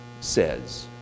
says